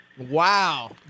Wow